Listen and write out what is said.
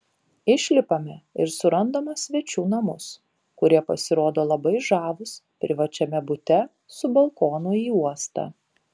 išlipame ir surandame svečių namus kurie pasirodo labai žavūs privačiame bute su balkonu į uostą